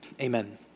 amen